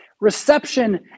Reception